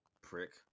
Prick